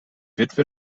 witwe